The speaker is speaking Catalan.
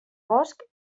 bosc